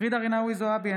ג'ידא רינאוי זועבי,